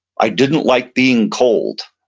i didn't like being cold.